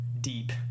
deep